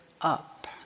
up